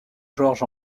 georges